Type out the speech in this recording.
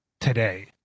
today